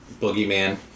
boogeyman